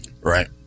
Right